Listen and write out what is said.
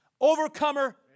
overcomer